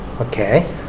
okay